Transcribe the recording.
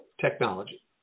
Technology